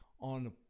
on